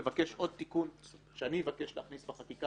לבקש עוד תיקון שאני אבקש להכניס בחקיקה.